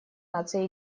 наций